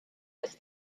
ist